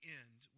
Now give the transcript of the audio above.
end